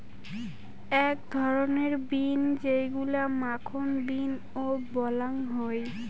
আক ধরণের বিন যেইগুলা মাখন বিন ও বলাং হই